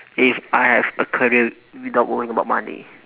if I have a career without worrying about money